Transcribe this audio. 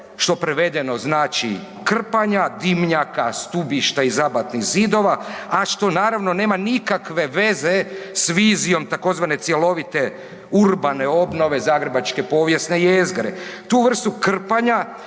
što prevedeno znači krpanja dimnjaka, stubišta i zabatnih zidova, a što naravno, nema nikakve veze s vizijom tzv. cjelovite urbane obnove zagrebačke povijesne jezgre. Tu vrstu krpanja